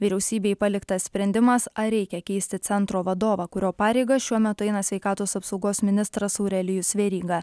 vyriausybei paliktas sprendimas ar reikia keisti centro vadovą kurio pareigas šiuo metu eina sveikatos apsaugos ministras aurelijus veryga